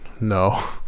No